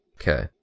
Okay